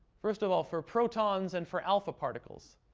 first of all, for protons and for alpha particles,